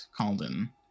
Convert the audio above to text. Calden